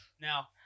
Now